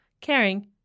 caring